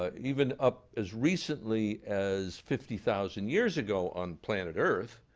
ah even up as recently as fifty thousand years ago on planet earth,